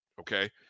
okay